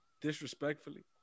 disrespectfully